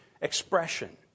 expression